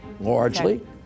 largely